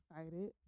excited